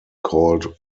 called